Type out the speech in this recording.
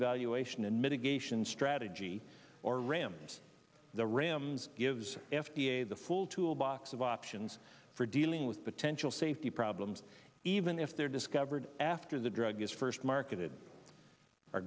mitigation strategy or rams the rams gives f d a the full toolbox of options for dealing with potential safety problems even if they're discovered after the drug is first marketed our